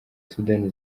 sudani